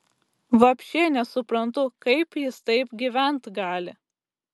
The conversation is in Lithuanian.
vapšė nesuprantu kaip jis taip gyvent gali